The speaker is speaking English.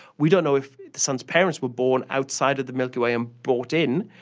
we don't know if the sun's parents were born outside of the milky way and brought in,